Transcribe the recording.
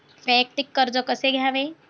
वैयक्तिक कर्ज कसे घ्यावे?